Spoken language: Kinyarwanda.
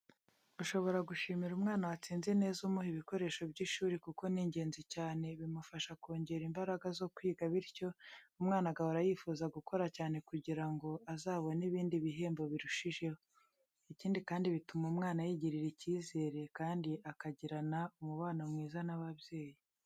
Ushobora gushimira umwana watsinze neza umuha ibikoresho by’ishuri kuko ni ingenzi cyane bimufasha kongera imbaraga zo kwiga bityo umwana agahora yifuza gukora cyane kugira ngo azabone ibindi bihembo birushijeho. Ikindi kandi bituma umwana yigirira icyizere kandi akagirana umubano mwiza n’ababyeyi.